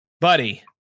buddy